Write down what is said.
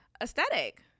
aesthetic